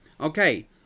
Okay